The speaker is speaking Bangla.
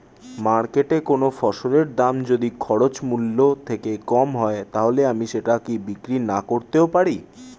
মার্কেটৈ কোন ফসলের দাম যদি খরচ মূল্য থেকে কম হয় তাহলে আমি সেটা কি বিক্রি নাকরতেও পারি?